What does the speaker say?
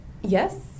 Yes